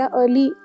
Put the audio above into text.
early